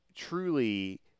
truly